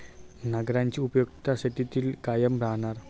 नांगराची उपयुक्तता शेतीत कायम राहणार